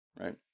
right